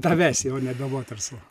tavęs jau nebe vaterso